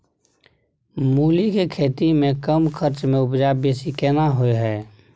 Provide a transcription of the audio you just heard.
मूली के खेती में कम खर्च में उपजा बेसी केना होय है?